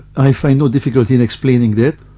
i find no difficulty in explaining that.